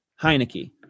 Heineke